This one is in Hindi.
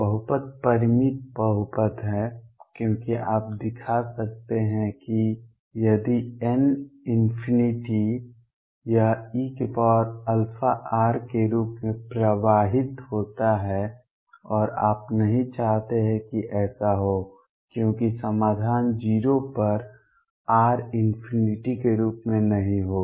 बहुपद परिमित बहुपद है क्योंकि आप दिखा सकते हैं कि यदि n →∞ यह eαr के रूप में प्रवाहित होता है और आप नहीं चाहते कि ऐसा हो क्योंकि समाधान 0 पर r→∞ के रूप में नहीं होगा